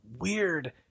weird